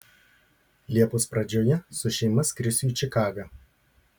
liepos pradžioje su šeima skrisiu į čikagą